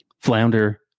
flounder